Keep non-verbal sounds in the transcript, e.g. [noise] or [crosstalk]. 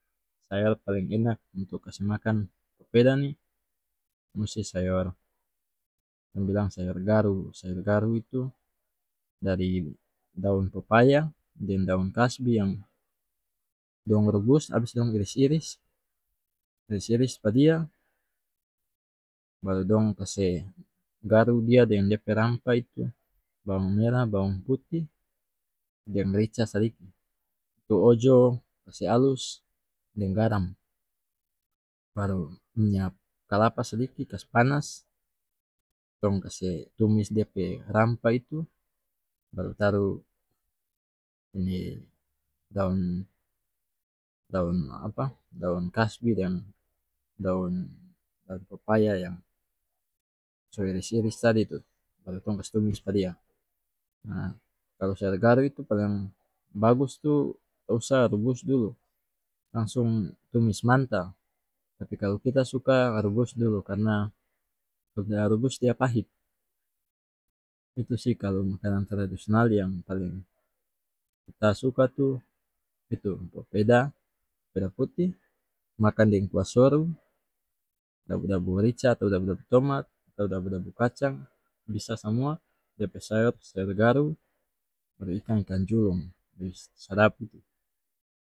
[noise] sayor paleng enak untuk kase makan popeda ni musi sayor tong bilang sayor garu-sayur garu itu dari daun popaya deng daun kasbi yang dong rubus abis dong iris iris-iris iris pa dia baru dong kase garu dia deng dia pe rampah itu bawang merah bawang putih deng rica sadiki itu ojo kase alus deng garam baru minya kalapa sadiki kase panas tong kase tumis dia pe [noise] rampah itu baru taru ini daun daun apa daun kasbi deng daun-daun popaya yang so iris iris [noise] tadi tu baru tong kas tumis pa dia ah kalu sayor garu itu paleng bagus tu tausa rubus dulu lansung tumis mantah tapi kalu kita suka rubus dulu karena [unintelligible] rubus dia pahit itu sih kalu makanan tradisional yang paleng kita suka tu itu popeda popeda putih makang deng kuah soru dabu dabu rica atau dabu tomat atau dabu dabu kacang bisa samua dia pe sayor sayor garu baru ikang ikang julung [unintelligible] sadap itu.